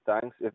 thanks